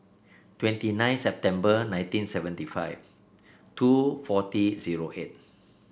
twenty nine September nineteen seventy five two forty zero eight